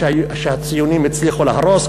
שהציונים הצליחו להרוס,